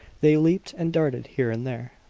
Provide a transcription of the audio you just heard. they leaped and darted here and there,